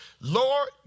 Lord